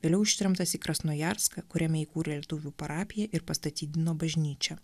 vėliau ištremtas į krasnojarską kuriame įkūrė lietuvių parapiją ir pastatydino bažnyčią